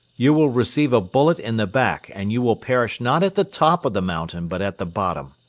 you will receive a bullet in the back and you will perish not at the top of the mountain but at the bottom.